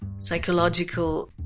psychological